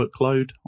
workload